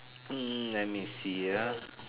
hmm let me see ah